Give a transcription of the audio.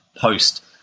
post